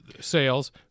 sales